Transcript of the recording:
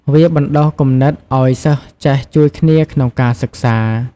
វាបណ្ដុះគំនិតឱ្យសិស្សចេះជួយគ្នាក្នុងការសិក្សា។